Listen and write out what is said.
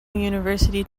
university